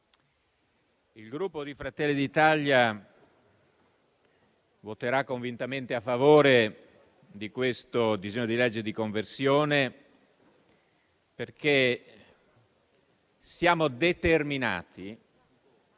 il Gruppo Fratelli d'Italia voterà convintamente a favore di questo disegno di legge di conversione, perché siamo determinati